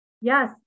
Yes